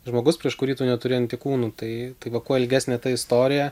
žmogus prieš kurį tu neturi antikūnų tai tai va kuo ilgesnė ta istorija